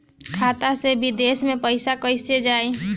खाता से विदेश मे पैसा कईसे जाई?